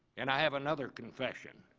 and i have another confession.